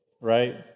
right